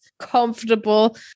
comfortable